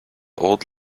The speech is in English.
old